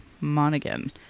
monaghan